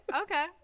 Okay